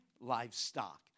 livestock